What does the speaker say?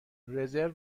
رزرو